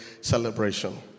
celebration